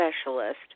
specialist